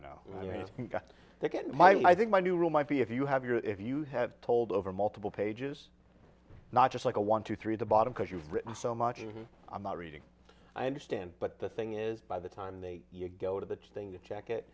know they get my i think my new rule might be if you have your if you have told over multiple pages not just like a one two three the bottom because you've written so much i'm not reading i understand but the thing is by the time they go to the thing to check it